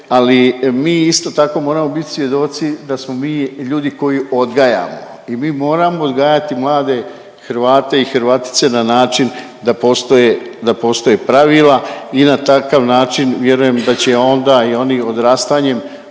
ali mi isto tako moramo biti svjedoci da smo mi ljudi koji odgajamo i mi moramo odgajati mlade Hrvate i Hrvatice na način da postoje, da postoje pravila i na takav način vjerujem da će onda i oni odrastanjem